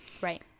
Right